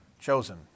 chosen